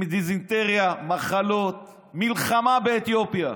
עם דיזנטריה, מחלות, מלחמה באתיופיה,